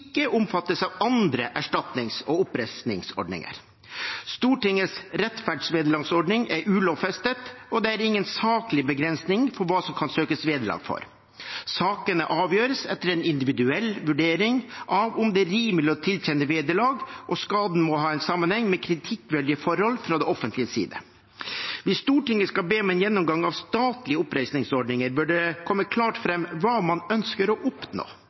omfattes av andre erstatnings- og oppreisningsordninger. Stortingets rettferdsvederlagsordning er ulovfestet, og det er ingen saklig begrensning for hva som kan søkes vederlag for. Sakene avgjøres etter en individuell vurdering av om det er rimelig å tilkjenne vederlag, og skaden må ha sammenheng med kritikkverdige forhold fra det offentliges side. Hvis Stortinget skal be om en gjennomgang av statlige oppreisningsordninger, bør det komme klart fram hva man ønsker å oppnå.